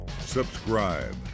subscribe